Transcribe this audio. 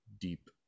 deep